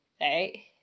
right